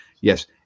yes